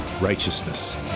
righteousness